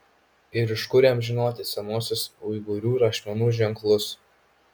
ir iš kur jam žinoti senuosius uigūrų rašmenų ženklus